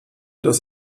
dass